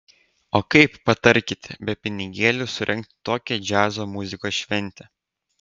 o kaip patarkite be pinigėlių surengti tokią džiazo muzikos šventę